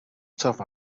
tough